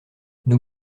nous